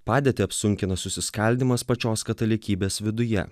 padėtį apsunkina susiskaldymas pačios katalikybės viduje